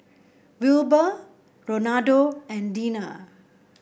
Wilbur Ronaldo and Deana